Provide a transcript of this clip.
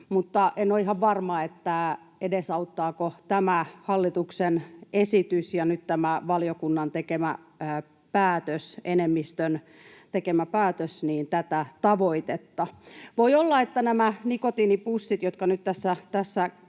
en ole ihan varma, edesauttavatko tämä hallituksen esitys ja nyt tämä valiokunnan enemmistön tekemä päätös tätä tavoitetta. Voi olla, että nämä nikotiinipussit, jotka nyt tässä